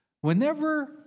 Whenever